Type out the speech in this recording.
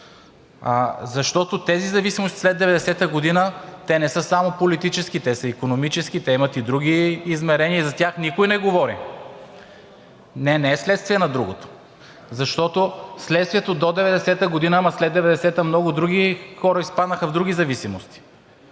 защото тези зависимости след 1990 г. те не са само политически, те са икономически, те имат и други измерения, и за тях никой не говори. Не, не е следствие на другото, защото следствието е до 1990 г., ама след 1990 г. много други хора изпаднаха в други зависимости.